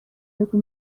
بگو